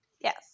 Yes